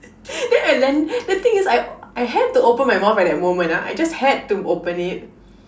then I land the thing is I had to open my mouth at that moment ah I just had to open it